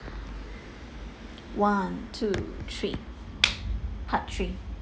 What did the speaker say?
one two three part three